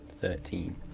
Thirteen